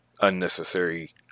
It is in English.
unnecessary